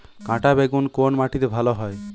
কাঁটা বেগুন কোন মাটিতে ভালো হয়?